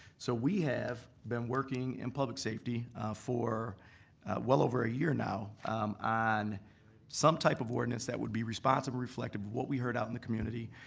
so we have been working in public safety for well over a year now on some type of ordinance that would be responsive and reflective of what we heard out in the community.